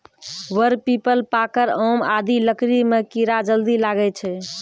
वर, पीपल, पाकड़, आम आदि लकड़ी म कीड़ा जल्दी लागै छै